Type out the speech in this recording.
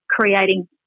creating